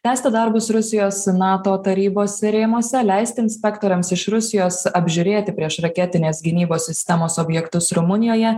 tęsti darbus rusijos nato tarybos rėmuose leisti inspektoriams iš rusijos apžiūrėti priešraketinės gynybos sistemos objektus rumunijoje